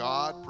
God